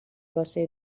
واسه